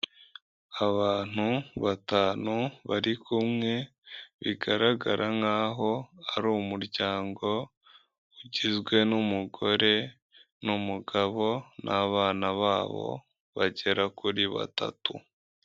Abantu batanu bari kumwe bigaragara nkaho ari umuryango; ugizwe n'umugore, n'umugabo, n'abana babo bagera kuri batatu.